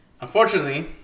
unfortunately